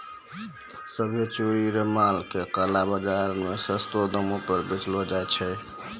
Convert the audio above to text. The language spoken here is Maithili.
सभ्भे चोरी रो माल के काला बाजार मे सस्तो दामो पर बेचलो जाय छै